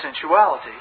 sensuality